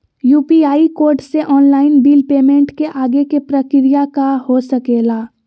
UPI code से online bill payment के आगे के प्रक्रिया का हो सके ला?